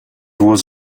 was